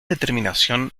determinación